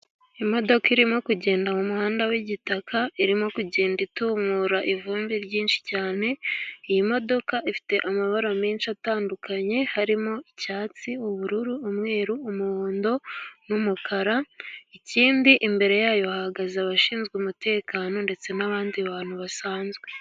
Imodoka irimo kugenda mu muhanda w'igitaka irimo kugenda itumura ivumbi ryinshi cyane, iyi modoka ifite amabara menshi atandukanye harimo icyatsi, ubururu, umweru, umuhondo n'umukara, ikindi imbere yayo hahagaze abashinzwe umutekano ndetse n'abandi bantu basanzwe.